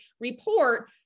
report